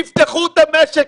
תפתחו את המשק.